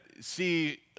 see